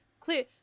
clear